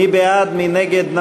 מי בעד, מי נגד?